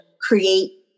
create